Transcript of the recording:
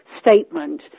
statement